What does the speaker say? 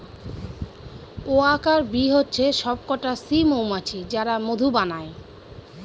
worker bee হচ্ছে সবকটা স্ত্রী মৌমাছি যারা মধু বানায়